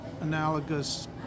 analogous